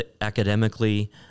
academically